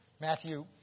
Matthew